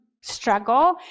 struggle